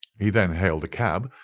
he then hailed a cab,